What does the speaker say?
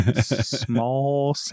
Small